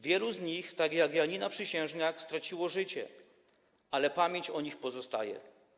Wielu z nich, tak jak Janina Przysiężniak, straciło życie, ale pamięć o nich pozostaje.